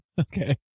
Okay